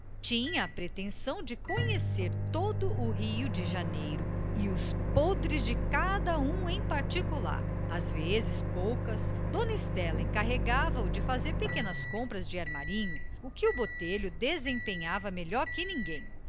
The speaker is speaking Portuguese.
a pretensão de conhecer todo o rio de janeiro e os podres de cada um em particular às vezes poucas dona estela encarregava o de fazer pequenas compras de armarinho o que o botelho desempenhava melhor que ninguém